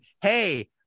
Hey